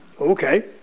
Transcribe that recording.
Okay